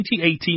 2018